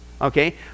Okay